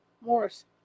Morris